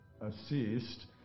assist